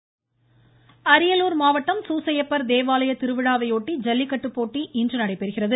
ஐல்லிக்கட்டு அரியலூர் மாவட்டம் சூசையப்பா் தேவாலய திருவிழாவை ஒட்டி ஜல்லிக்கட்டு போட்டி இன்று நடைபெறுகிறது